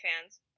fans